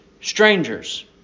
strangers